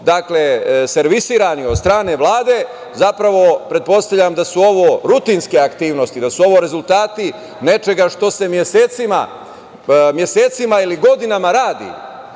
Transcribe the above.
dakle, servisirani od strane Vlade, zapravo pretpostavljam da su ovo rutinske aktivnosti, da su ovo rezultati nečega što se mesecima ili godinama radi.